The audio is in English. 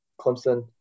Clemson